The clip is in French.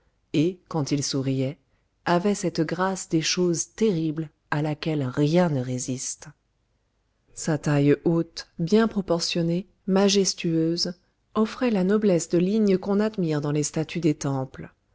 et quand il souriait avaient cette grâce des choses terribles à laquelle rien ne résiste sa taille haute bien proportionnée majestueuse offrait la noblesse de lignes qu'on admire dans les statues des temples